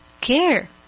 care